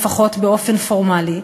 לפחות באופן פורמלי,